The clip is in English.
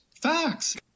facts